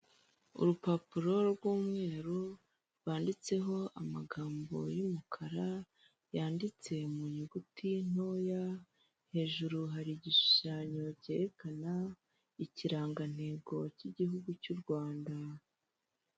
Urupapuro rw'umweru rwanditseho amagambo y'umukara yanditse mu nyuguti ntoya, hejuru hari igishushanyo kerekana ikirangantego k'igihugu cy'u Rwanda.